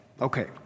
Okay